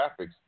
graphics